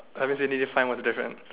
I guess you need to find what's the difference